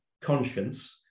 conscience